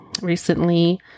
recently